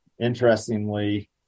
Interestingly